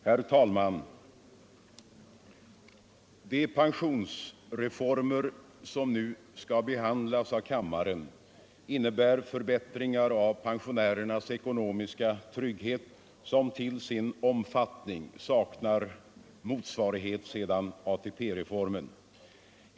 Herr talman! De pensionsreformer som nu skall behandlas av kam = åldern, m.m. maren innebär förbättringar av pensionärernas ekonomiska trygghet som till sin omfattning saknar motsvarighet sedan ATP-reformen.